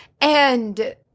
and-